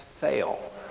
fail